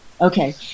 Okay